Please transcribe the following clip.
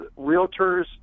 realtors